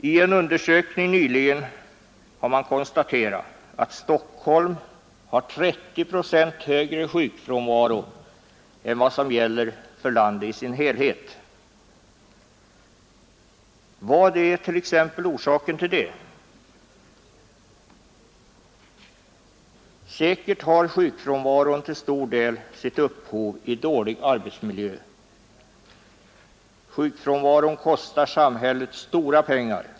I en undersökning nyligen har man konstaterat att Stockholm har 30 procent högre sjukfrånvaro än vad som gäller för landet i dess helhet. Vad är t.ex. orsaken till det? Säkert har sjukfrånvaron till stor del sitt upphov i dålig arbetsmiljö. Sjukfrånvaron kostar samhället stora pengar.